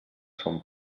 són